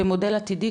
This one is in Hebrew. במודל עתידי,